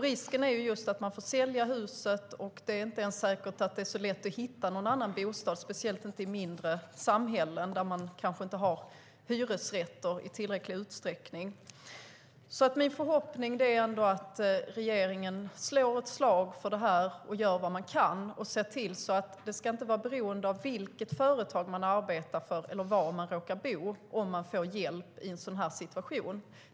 Risken är att man får sälja sitt hus, och det kan vara svårt att hitta en annan bostad i ett mindre samhälle där det kanske inte finns hyresrätter i tillräckligt stor utsträckning. Min förhoppning är att regeringen slår ett slag för detta och gör vad man kan. Det ska inte vara beroende av vilket företag man arbetar för eller var man råkar bo om man får hjälp i en sådan här situation.